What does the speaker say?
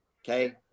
Okay